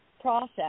process